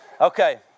okay